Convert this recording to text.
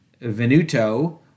Venuto